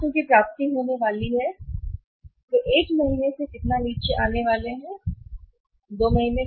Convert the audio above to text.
खातों की प्राप्ति होने वाली है कि वे एक महीने से कितना नीचे आने वाले हैं दो महीने